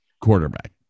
quarterback